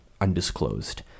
undisclosed